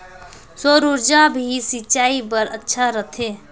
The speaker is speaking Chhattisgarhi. सौर ऊर्जा भी सिंचाई बर अच्छा रहथे?